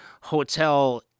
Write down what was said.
hotel